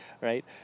Right